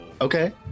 Okay